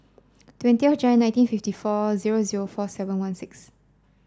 twenty Jan nineteen fifty four zero zero four seven one six